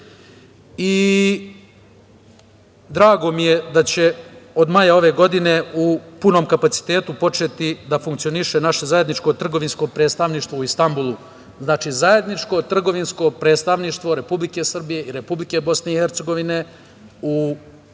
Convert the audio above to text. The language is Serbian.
Drago mi je da će od maja ove godine u punom kapacitetu početi da funkcioniše naše zajedničko trgovinsko predstavništvo u Istanbulu, znači zajedničko trgovinsko predstavništvo Republike Srbije i Republike BiH u Republici Turskoj